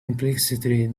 implicitly